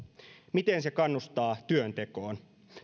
miten se kannustaa työntekoon